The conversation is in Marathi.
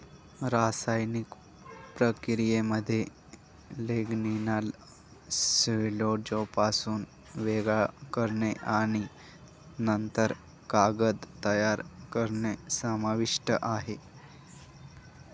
रासायनिक प्रक्रियेमध्ये लिग्निनला सेल्युलोजपासून वेगळे करणे आणि नंतर कागद तयार करणे समाविष्ट आहे